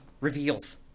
reveals